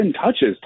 touches